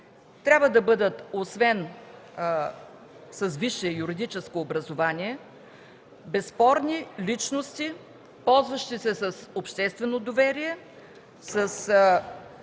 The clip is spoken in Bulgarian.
трябва да бъдат освен с висше юридическо образование безспорни личности, ползващи се с обществено доверие, с